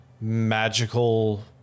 magical